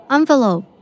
Envelope